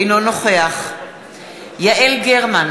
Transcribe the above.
אינו נוכח יעל גרמן,